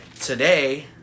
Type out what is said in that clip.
today